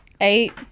Eight